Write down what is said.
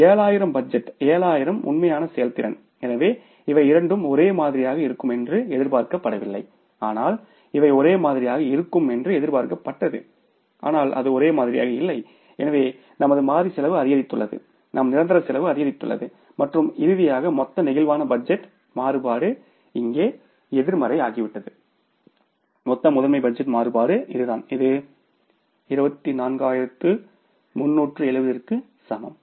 7000 budget 7000 உண்மையான செயல்திறன் எனவே இவை இரண்டும் ஒரே மாதிரியாக இருக்கும் என்று எதிர்பார்க்கப்படவில்லை ஆனால் இவை ஒரே மாதிரியாக இருக்கும் என்று எதிர்பார்க்கப்பட்டது ஆனால் அது ஒரே மாதிரியாக இல்லை எனவே நமது மாறி செலவு அதிகரித்துள்ளது நம் நிரந்தர செலவு அதிகரித்துள்ளது மற்றும் இறுதியாக மொத்த பிளேக்சிபிள் பட்ஜெட் மாறுபாடு இங்கே எதிர்மறையாகிவிட்டது மொத்த முதன்மை பட்ஜெட் மாறுபாடு இதுதான் இது 24370 க்கு சமம்